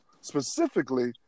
specifically